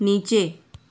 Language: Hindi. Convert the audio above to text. नीचे